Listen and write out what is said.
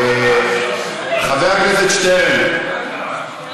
חבר הכנסת שטרן,